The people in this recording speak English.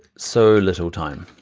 so little time,